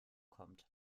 kommt